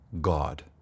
God